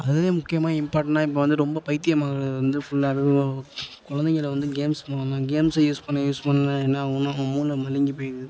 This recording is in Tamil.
அதில் முக்கியமாக இம்பார்ட்டனா இப்போ வந்து ரொம்ப பைத்தியம் ஆகிறது வந்து ஃபுல்லாக ஓ கொழந்தைகள வந்து கேம்ஸ் மோகம் தான் கேம்ஸை யூஸ் பண்ண யூஸ் பண்ண என்ன ஆகுன்னா அவங்க மூளை மழுங்கிப் போயிடுது